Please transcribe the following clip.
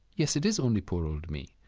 yes, it is only poor old me.